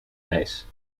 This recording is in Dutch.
ijs